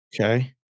Okay